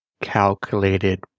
calculated